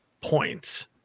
points